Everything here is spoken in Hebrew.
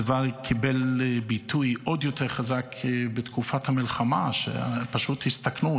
הדבר קיבל ביטוי עוד יותר חזק בתקופת המלחמה כשפשוט הסתכנו,